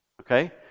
Okay